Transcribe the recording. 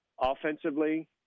offensively